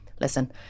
listen